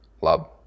love